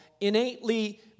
innately